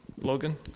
Logan